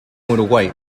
uruguay